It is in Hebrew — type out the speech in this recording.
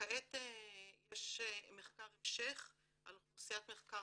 וכעת יש מחקר המשך על אוכלוסיית מחקר